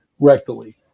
rectally